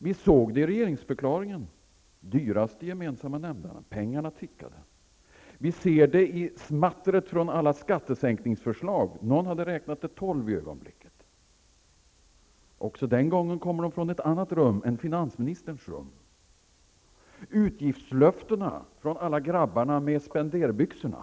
Vi såg det i regeringsförklaringen; den dyraste gemensamma nämnaren, pengarna, tickade. Vi ser det i smattret från alla skattesänkningsförslag; någon hade räknat dem till tolv i ögonblicket. Också den gången kom de från ett annat rum än finansministerns rum -- utgiftslöftena från alla grabbarna med spenderbyxorna.